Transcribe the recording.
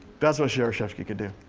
that's what shereshevski could do.